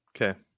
Okay